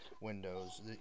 windows